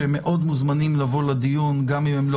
שהם מאוד מוזמנים לבוא לדיון גם אם הם לא